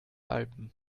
alpen